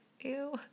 Ew